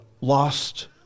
lost